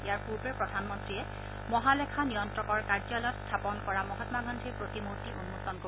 ইয়াৰ পূৰ্বে প্ৰধানমন্তীয়ে মহালেখা নিয়ন্তকৰ কাৰ্যালয়ত স্থাপন কৰা মহামা গান্দীৰ প্ৰতিমূৰ্তি উন্মোচন কৰিব